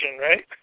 right